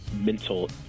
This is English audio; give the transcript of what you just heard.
mental